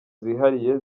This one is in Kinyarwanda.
zihariye